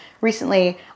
recently